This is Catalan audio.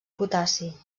potassi